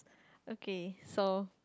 okay so